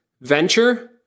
venture